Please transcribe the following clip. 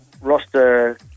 roster